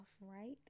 right